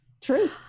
True